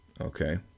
okay